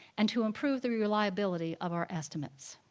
and to improve the reliability of our estimates.